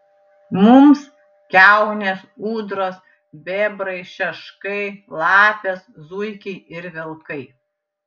mums kiaunės ūdros bebrai šeškai lapės zuikiai ir vilkai